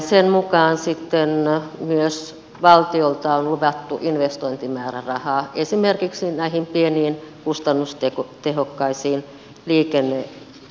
sen mukaan myös valtiolta on luvattu investointimäärärahaa esimerkiksi tähän pieneen kustannustehokkaaseen liikenneinfran rakentamiseen